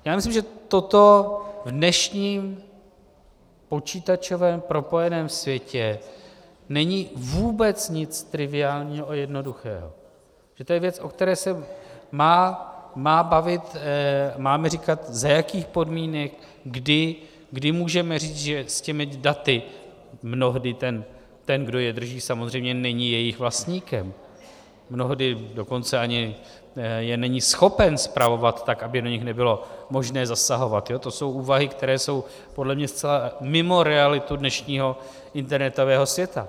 Já myslím, že toto v dnešním počítačovém propojeném světě není vůbec nic triviálního a jednoduchého, že to je věc, o které se máme bavit, máme říkat, za jakých podmínek, kdy můžeme říct, že s těmi daty mnohdy ten, kdo je drží, samozřejmě není jejich vlastníkem, mnohdy dokonce ani je není schopen spravovat tak, aby do nich nebylo možné zasahovat, to jsou úvahy, které jsou podle mě zcela mimo realitu dnešního internetového světě.